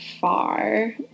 far